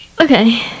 okay